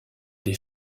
des